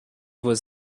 was